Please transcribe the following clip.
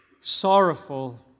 sorrowful